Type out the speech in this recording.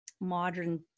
modern